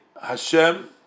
Hashem